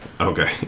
okay